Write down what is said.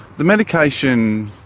the medication